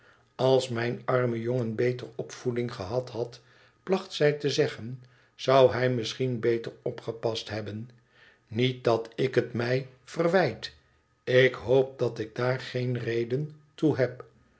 als mijn arme jongen beter opvoeding gehad had placht zij te zeggen zou hij misschien beter opgepast hebben niet dat ik het mij verwijt ik hoop dat ik daar geen reden toe heb